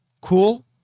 cool